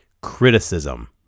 Criticism